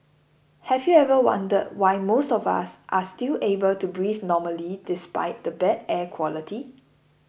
have you ever wondered why most of us are still able to breathe normally despite the bad air quality